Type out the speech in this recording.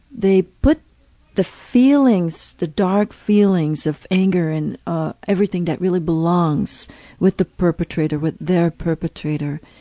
the put the feelings, the dark feelings of anger and ah everything that really belongs with the perpetrator, with their perpetrator,